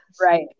right